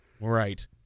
Right